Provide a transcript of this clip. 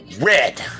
red